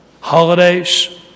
Holidays